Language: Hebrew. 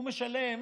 הוא משלם